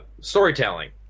storytelling